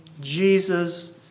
Jesus